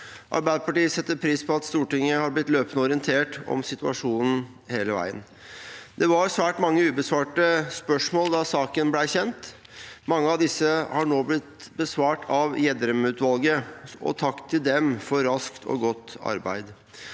Arbeiderpartiet setter pris på at Stortinget har blitt løpende orientert om situasjonen hele veien. Det var svært mange ubesvarte spørsmål da saken ble kjent. Mange av disse har nå blitt besvart av Gjedrem-utvalget. Takk til dem for raskt og godt arbeid.